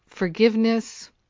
Forgiveness